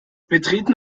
betreten